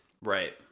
Right